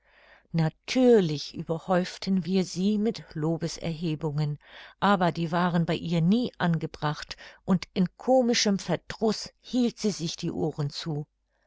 natürlich überhäuften wir sie mit lobeserhebungen aber die waren bei ihr nie angebracht und in komischem verdruß hielt sie sich die ohren zu